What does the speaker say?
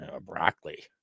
Broccoli